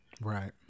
Right